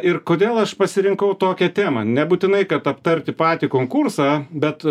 ir kodėl aš pasirinkau tokią temą nebūtinai kad aptarti patį konkursą bet